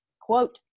quote